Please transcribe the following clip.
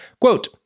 Quote